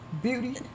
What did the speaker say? Beauty